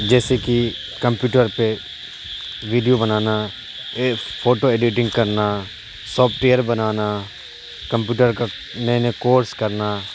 جیسے کہ کمپیوٹر پہ ویڈیو بنانا فوٹو ایڈیٹنگ کرنا سافٹ ویئر بنانا کمپیوٹر کا نئے نئے کورس کرنا